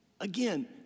again